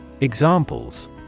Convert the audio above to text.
Examples